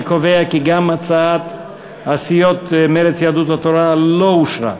אני קובע כי גם הצעת הסיעות מרצ ויהדות התורה לא אושרה.